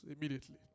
immediately